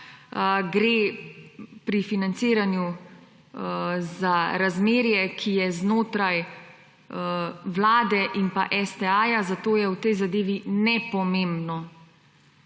gre pri financiranju za razmerje, ki je znotraj Vlade in pa STA, zato je v tej zadevi nepomembno